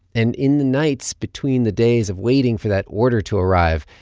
and in the nights between the days of waiting for that order to arrive,